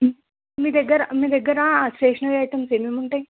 మీ దగ్గర మీ దగ్గర స్టేషనరీ ఐటమ్స్ ఏమేమి ఉంటాయి